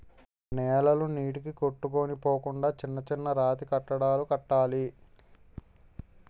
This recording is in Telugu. నేలలు నీటికి కొట్టుకొని పోకుండా చిన్న చిన్న రాతికట్టడాలు కట్టాలి